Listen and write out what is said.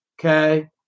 Okay